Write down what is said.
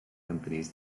companies